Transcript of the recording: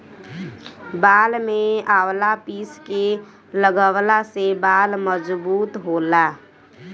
बाल में आवंला पीस के लगवला से बाल मजबूत होला